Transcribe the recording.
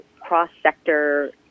cross-sector